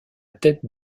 tête